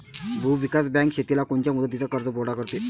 भूविकास बँक शेतीला कोनच्या मुदतीचा कर्जपुरवठा करते?